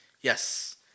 yes